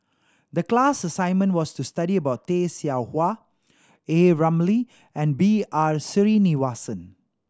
the class assignment was to study about Tay Seow Huah A Ramli and B R Sreenivasan